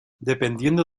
dependiendo